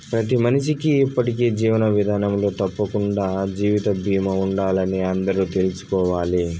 ప్రతి మనిషికీ ఇప్పటి జీవన విదానంలో తప్పకండా జీవిత బీమా ఉండాలని అందరూ తెల్సుకోవాలి